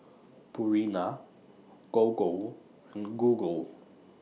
Purina Gogo and Google